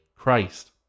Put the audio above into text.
Christ